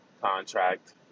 contract